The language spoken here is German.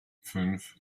fünf